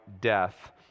death